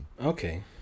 Okay